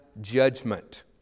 judgment